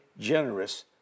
generous